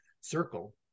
circle